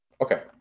Okay